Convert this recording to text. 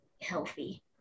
healthy